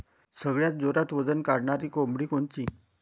सगळ्यात जोरात वजन वाढणारी कोंबडी कोनची?